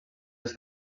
les